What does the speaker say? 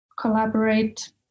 collaborate